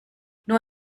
nur